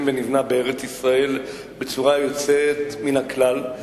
ונבנה בארץ-ישראל בצורה יוצאת מן הכלל,